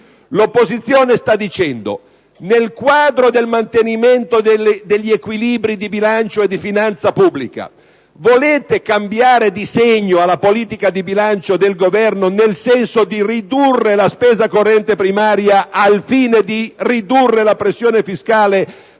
L'opposizione sta dicendo: nel quadro del mantenimento degli equilibri di bilancio e di finanza pubblica volete cambiare disegno alla politica di bilancio del Governo, nel senso di ridurre la spesa corrente primaria al fine di ridurre la pressione fiscale, per